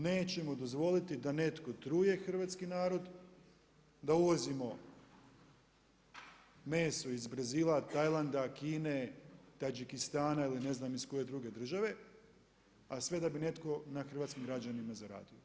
Nećemo dozvoliti da netko truje hrvatski narod, da uvozimo meso iz Brazila, Tajlanda, Kine, Tadžikistana ili ne znam iz koje druge države, a sve da bi netko na hrvatskim građanima zaradio.